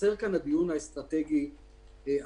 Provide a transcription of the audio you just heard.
חסר כאן הדיון האסטרטגי הרחב.